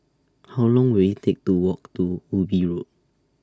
How Long Will IT Take to Walk to Ubi Road